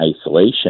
isolation